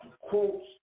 Quotes